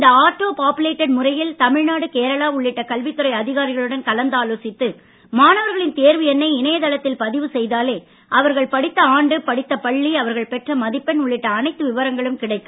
இந்த ஆட்டோ பாப்புலேட்ட் முறையில் தமிழ்நாடு கேரளா உள்ளிட்ட கல்வித்துறை அதிகாரிகளுடன் கலந்து ஆலோசித்து மாணவர்களின் தேர்வு எண்ணை இணையதளத்தில் பதிவு செய்தாலே அவர்கள் படித்த ஆண்டு படித்த பள்ளி அவர்கள் பெற்ற மதிப்பெண் உள்ளிட்ட அனைத்து விவரங்களும் கிடைக்கும்